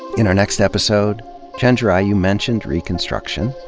in our next episode chenjerai, you mentioned reconstruction,